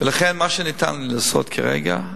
ולכן, מה שניתן לעשות כרגע,